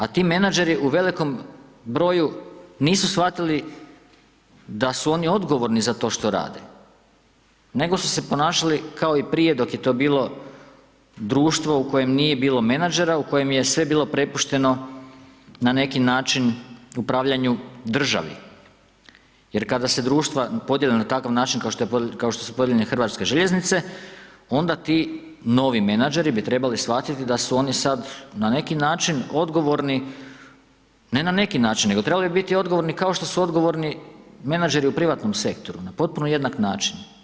A ti menadžeri u velikom broju nisu shvatili da su oni odgovorni za to što rade, nego su se ponašali kao i prije dok je to bilo društvo u kojem nije bilo menadžera, u kojem je sve bilo prepušteno, na neki način upravljanju državi jer kada se društva podijele na takav način kao što su podijeljene HŽ, onda ti novi menadžeri bi trebali shvatiti da su oni sad, na neki način odgovorni, ne na neki način nego trebali bi biti odgovorni menadžeri u privatnom sektoru, na potpuno jednak način.